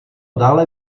dále